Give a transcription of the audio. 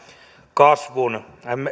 kasvun